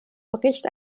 bericht